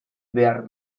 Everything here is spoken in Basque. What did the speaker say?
behar